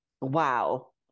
wow